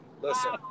listen